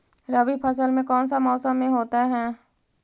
रवि फसल कौन सा मौसम में होते हैं?